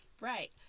right